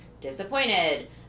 disappointed